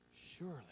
Surely